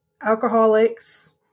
alcoholics